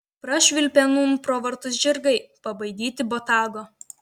prašvilpė nūn pro vartus žirgai pabaidyti botago